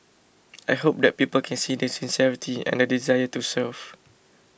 I hope that people can see the sincerity and the desire to serve